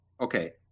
Okay